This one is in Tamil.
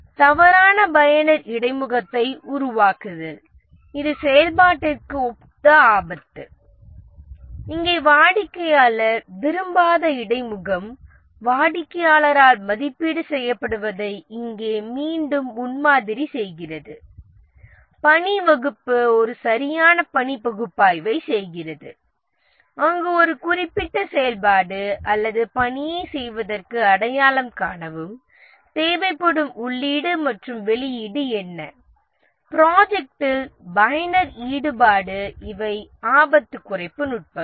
தவறான பயனர் இடைமுகத்தை உருவாக்குதல் இது செயல்பாட்டிற்கு ஒத்த ஆபத்து இங்கே வாடிக்கையாளர் விரும்பாத இடைமுகம் வாடிக்கையாளரால் மதிப்பீடு செய்யப்படுவதை இங்கே மீண்டும் முன்மாதிரி செய்கிறது பணி பகுப்பாய்வு ஒரு சரியான பணி பகுப்பாய்வைச் செய்கிறது அங்கு ஒரு குறிப்பிட்ட செயல்பாடு அல்லது பணியைச் செய்வதற்கு அடையாளம் காணவும் தேவைப்படும் உள்ளீடு மற்றும் வெளியீடு என்ன ப்ராஜெக்டில் பயனர் ஈடுபாடு இவை ஆபத்து குறைப்பு நுட்பங்கள்